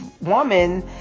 woman